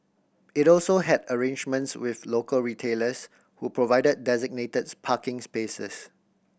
it also had arrangements with local retailers who provided designated parking spaces